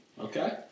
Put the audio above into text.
Okay